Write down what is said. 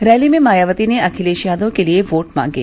rally में मायावती ने अखिलेश यादव के लिये वोट मांगे